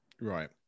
Right